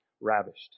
ravished